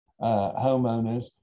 homeowners